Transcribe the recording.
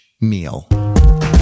Meal